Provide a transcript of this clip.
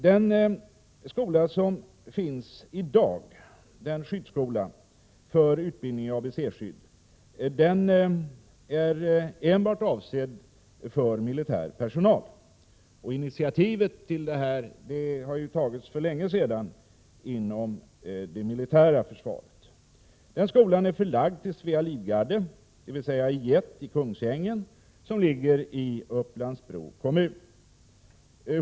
Den skola som finns i dag för utbildning i ABC-skydd är enbart avsedd för militär personal, och initiativet till den utbildningen har tagits för länge sedan inom det militära försvaret. Den skolan är förlagd till Svea livgarde, I 1, i Kungsängen, som ligger i Upplands-Bro kommun.